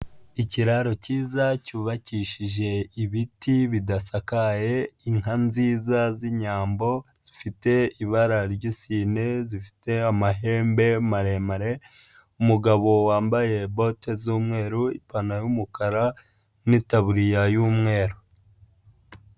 Ikiraro cyiza cyubakishije ibiti bidasakaye, inka nziza z'inyambo zifite ibara ry'isine, zifite amahembe maremare, umugabo wambaye bote z'umweru, ipantaro y'umukara, n'itabuririya y'umweru.